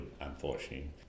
unfortunately